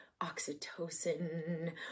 oxytocin